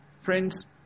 Friends